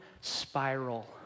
spiral